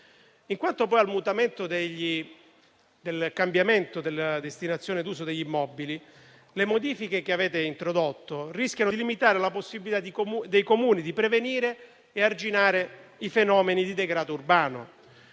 In quanto al cambiamento della destinazione d'uso degli immobili, le modifiche che avete introdotto rischiano di limitare la possibilità dei Comuni di prevenire e arginare i fenomeni di degrado urbano.